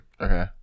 okay